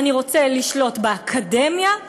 אני רוצה לשלוט באקדמיה,